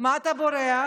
מה אתה בורח?